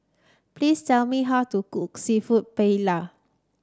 please tell me how to cook seafood Paella